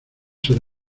ser